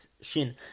Shin